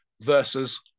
versus